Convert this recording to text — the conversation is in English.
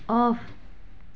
off